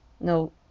no